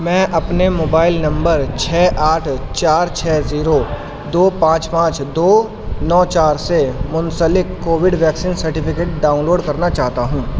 میں اپنے mobile number چھ آٹھ چار چھ زیرو دو پانچ پانچ دو نو چار سے منسلک covid vaccine certificate download کرنا چاہتا ہوں